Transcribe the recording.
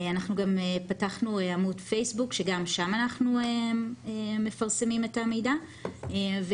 אנחנו גם פתחנו עמוד פייסבוק שגם בו אנחנו מפרסמים את המידע וגם